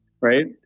right